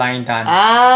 lion dance